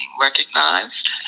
recognized